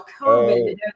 COVID